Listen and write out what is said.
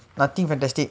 nothing fantastic